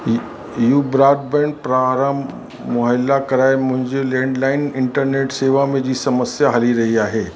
U यू broadband प्रारंभ मुहैला कराए मुंहिंजे लैंडलाइन इंटरनेट सेवा जी समस्या हली रही आहे